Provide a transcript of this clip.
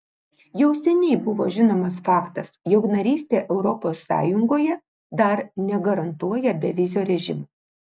jau seniai buvo žinomas faktas jog narystė europos sąjungoje dar negarantuoja bevizio režimo